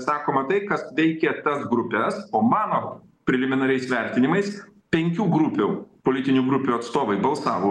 sakoma tai kas veikė tas grupes o mano preliminariais vertinimais penkių grupių politinių grupių atstovai balsavo